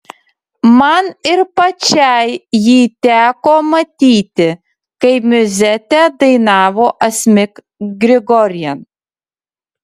man ir pačiai jį teko matyti kai miuzetę dainavo asmik grigorian